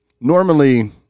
normally